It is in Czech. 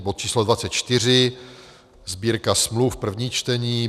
bod číslo 24, Sbírka smluv, první čtení,